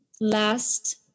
last